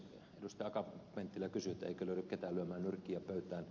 akaan penttilä kysyi eikö löydy ketään lyömään nyrkkiä pöytään